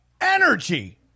energy